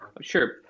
Sure